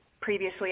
previously